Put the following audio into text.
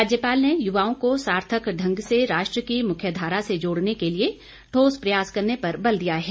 राज्यपाल ने युवाओं को सार्थक ढंग से राष्ट्र की मुख्य धारा से जोड़ने के लिए ठोस प्रयास करने पर बल दिया है